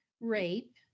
rape